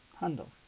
handle